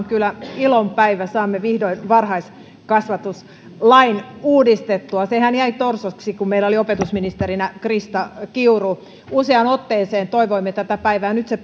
kyllä ilon päivä saamme vihdoin varhaiskasvatuslain uudistettua sehän jäi torsoksi kun meillä oli opetusministerinä krista kiuru useaan otteeseen toivoimme tätä päivää ja nyt se